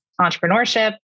entrepreneurship